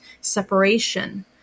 separation